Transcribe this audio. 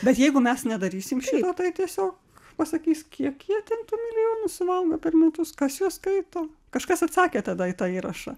bet jeigu mes nedarysim šito tai tiesiog pasakys kiek jie ten tų milijonų suvalgo per metus kas juos skaito kažkas atsakė tada į tą įrašą